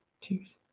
Cheers